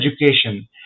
education